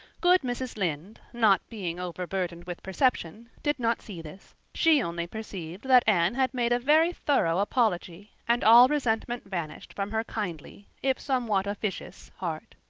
good mrs. lynde, not being overburdened with perception, did not see this. she only perceived that anne had made a very thorough apology and all resentment vanished from her kindly, if somewhat officious, heart.